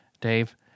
Dave